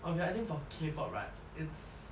okay I think for K pop right it's